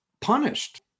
punished